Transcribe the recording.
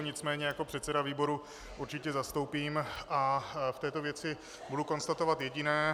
Nicméně jako předseda výboru určitě zastoupím a v této věci budu konstatovat jediné.